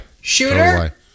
Shooter